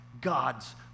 God's